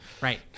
Right